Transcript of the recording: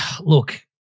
look